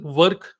work